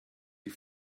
die